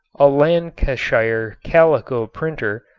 a lancashire calico printer,